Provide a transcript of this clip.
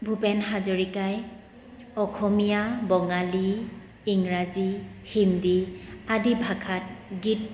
ভূপেন হাজৰিকাই অসমীয়া বঙালী ইংৰাজী হিন্দী আদি ভাষাত গীত